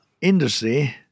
industry